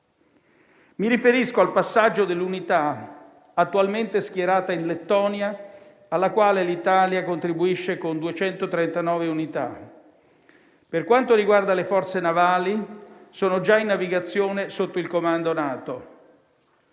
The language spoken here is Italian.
Mi riferisco al passaggio dell'unità attualmente schierata in Lettonia, alla quale l'Italia contribuisce con 239 unità. Per quanto riguarda le forze navali, sono già in navigazione sotto il comando NATO.